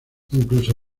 incluso